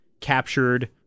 captured